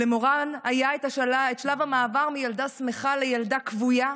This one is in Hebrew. למורן היה את שלב המעבר מילדה שמחה לילדה כבויה,